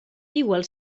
igual